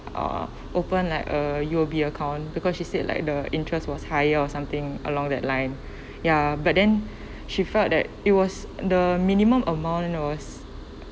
uh open like a U_O_B account because she said like the interest was higher or something along that line ya but then she felt that it was the minimum amount was